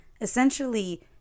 Essentially